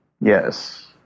Yes